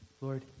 Lord